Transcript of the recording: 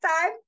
time